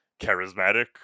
charismatic